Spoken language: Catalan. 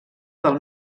del